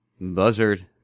Buzzard